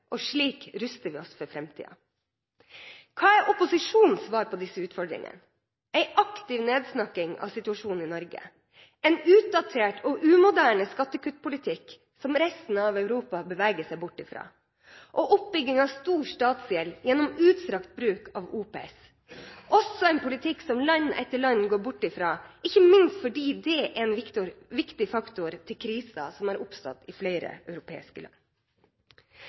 og slik ruster vi oss for framtiden. Hva er opposisjonens svar på disse utfordringene? Det er en aktiv nedsnakking av situasjonen i Norge, en utdatert og umoderne skattekuttpolitikk som resten av Europa beveger seg bort fra, oppbygging av stor statsgjeld gjennom utstrakt bruk av OPS – også en politikk som land etter land går bort fra, ikke minst fordi det er en viktig faktor til krisen som har oppstått i flere europeiske land.